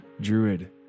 Druid